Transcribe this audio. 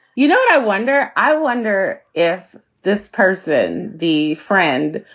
you know what i wonder? i wonder if this person, the friend,